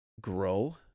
grow